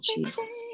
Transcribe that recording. Jesus